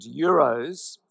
euros